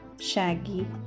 shaggy